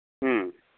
ꯎꯝ